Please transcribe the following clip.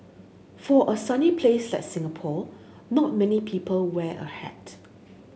for a sunny place like Singapore not many people wear a hat